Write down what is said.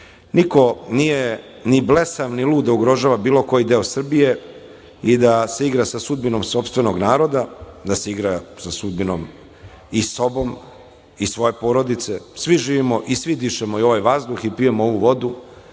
nije ni blesav ni lud da ugrožava bilo koji deo Srbije i da se igra sa sudbinom sopstvenog naroda, da se igra sa sudbinom i sobom i svoje porodice. Svi živimo i svi dišemo i ovaj vazduh i pijemo ovu vodu